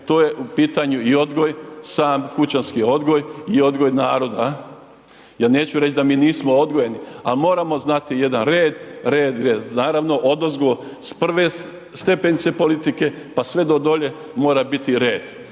to je u pitanju i odgoj, sam kućanski odgoj i odgoj naroda jer neću reć da mi nismo odgojeni ali moramo znati jedan red, red i red. Naravno, odzgo s prve stepenice politike pa sve do dolje mora biti red.